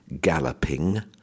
Galloping